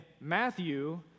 Matthew